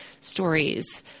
stories